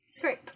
Great